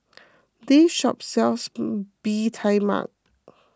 this shop sells Bee Tai Mak